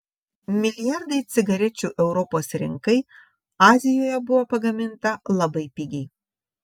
milijardai cigarečių europos rinkai azijoje buvo pagaminta labai pigiai